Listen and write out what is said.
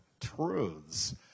truths